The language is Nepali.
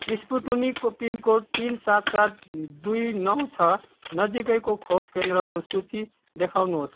स्पुटुनिको पिनकोड तिन सात सात दुई नौ छ नजिकैको खोप केन्द्रको सूची देखाउनुहोस्